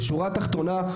בשורה תחתונה,